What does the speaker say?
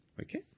Okay